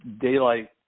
daylight